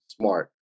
smart